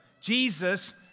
Jesus